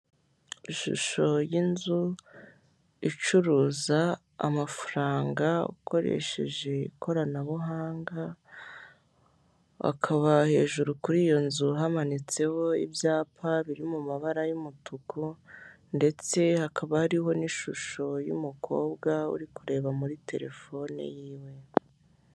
Ishusho y'inzu icuruza amafaranga ukoresheje ikoranabuhanga, akaba hejuru kuri iyo nzu hamanitseho ibyapa biri mu mabara y'umutuku ndetse hakaba harihoho n'ishusho y'umukobwa uri kureba muri telefone yiwe.